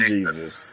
Jesus